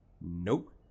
Nope